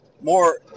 more